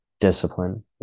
discipline